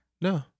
no